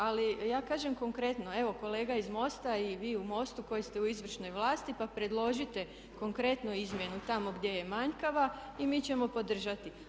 Ali ja kažem konkretno, evo kolega iz MOST-a i vi u MOST-u koji ste u izvršnoj vlasti, pa predložite konkretnu izmjenu tamo gdje je manjkava i mi ćemo podržati.